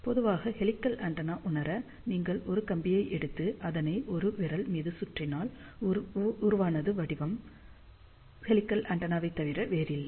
பொதுவாக helical antenna உணர நீங்கள் ஒரு கம்பியை எடுத்து அதனை ஒரு விரல் மீது சுற்றினால் உருவானது வடிவம் ஹெலிகல் ஆண்டெனாவைத் தவிர வேறில்லை